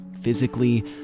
physically